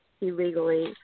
illegally